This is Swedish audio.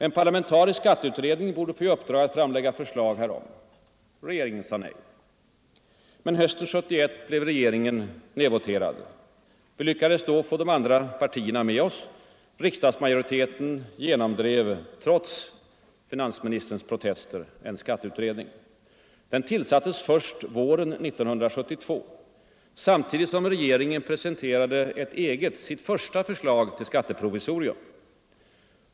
En parlamentarisk skatteutredning borde få i uppdrag att framlägga förslag härom. Regeringen sade nej. Men hösten 1971 blev regeringen nedvoterad. Vi lyckades då få de andra partierna med oss. Riksdagsmajoriteten genomdrev trots finansministerns protester en skatteutredning. Den tillsattes först våren 1972, samtidigt som regeringen presenterade ett eget, sitt första, förslag till skatteprovisorium.